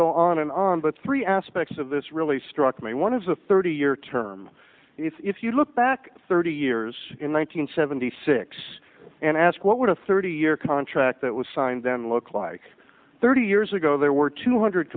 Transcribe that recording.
go on and on but three aspects of this really struck me one is a thirty year term if you look back thirty years in one thousand nine hundred seventy six and ask what would a thirty year contract that was signed then look like thirty years ago there were two hundred